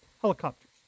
helicopters